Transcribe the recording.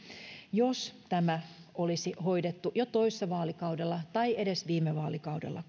jos tämä olisi hoidettu kuntoon jo toissa vaalikaudella tai edes viime vaalikaudella